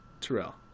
Terrell